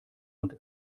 und